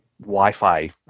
Wi-Fi